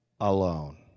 alone